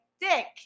dick